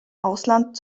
ausland